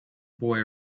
boy